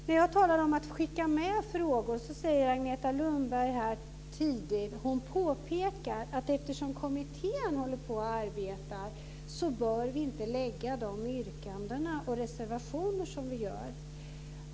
När jag talar om att skicka med frågor säger Agneta Lundberg att eftersom kommittén håller på att arbeta bör vi inte lägga de yrkanden och reservationer som vi gör.